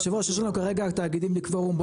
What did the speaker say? היושב-ראש, יש לנו כרגע תאגידים בלי קבורום.